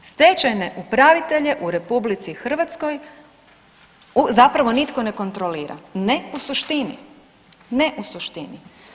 Stečajne upravitelje u RH zapravo nitko ne kontrolira, ne u suštini, ne u suštini.